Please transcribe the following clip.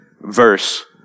verse